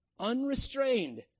unrestrained